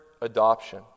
adoption